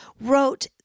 wrote